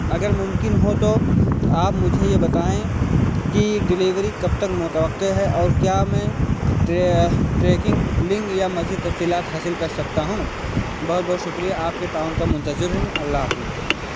اگر ممکن ہو تو آپ مجھے یہ بتائیں کہ ڈلیوری کب تک متوقع ہے اور کیا میں ٹرے ٹریکنگ لنگ یا مزید تفصیلات حاصل کر سکتا ہوں بہت بہت شکریہ آپ کے تعاون کا منتظر ہوں اللہ حفظ